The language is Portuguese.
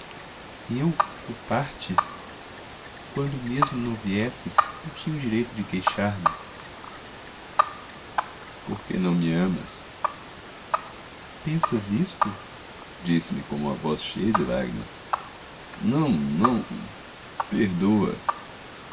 eu culpar te quando mesmo não viesses não tinha o direito de queixar-me por que não me amas pensas isto disse-me com uma voz cheia de lágrimas não não perdoa